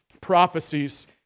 prophecies